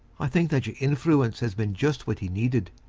i think that your influence has been just what he needed.